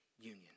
union